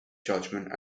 judgment